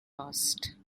lost